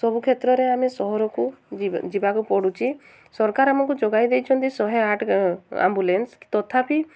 ସବୁ କ୍ଷେତ୍ରରେ ଆମେ ସହରକୁ ଯିବା ଯିବାକୁ ପଡ଼ୁଛି ସରକାର ଆମକୁ ଯୋଗାଇ ଦେଇଛନ୍ତି ଶହେ ଆଠ ଆମ୍ବୁଲେନ୍ସ ତଥାପି